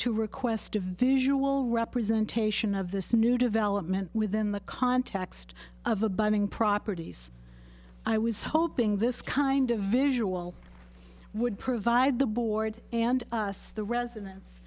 to request a visual representation of this new development within the context of a budding properties i was hoping this kind of visual would provide the board and the res